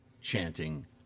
chanting